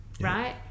Right